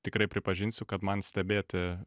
tikrai pripažinsiu kad man stebėti